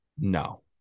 no